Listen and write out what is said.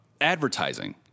advertising